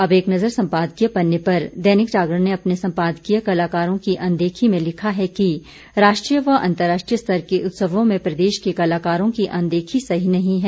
अब एक नजर संपादकीय पन्ने पर दैनिक जागरण अपने संपादकीय कलाकारों की अनदेखी में लिखा है कि राष्ट्रीय व अंतर्राष्ट्रीय स्तर के उत्सवों में प्रदेश के कलाकारों की अनदेखी सही नहीं है